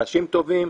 אנשים טובים,